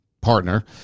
partner